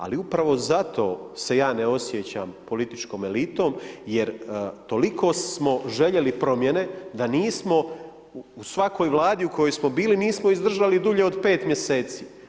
Ali upravo zato se ja ne osjećam političkom elitom jer toliko smo željeli promjene da nismo u svakoj Vladi u kojoj smo bili nismo izdržali dulje od 5 mjeseci.